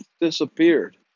disappeared